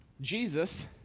Jesus